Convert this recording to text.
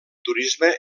turisme